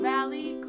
Valley